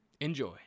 Enjoy